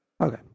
Okay